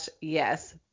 Yes